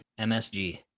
MSG